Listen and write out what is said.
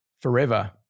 forever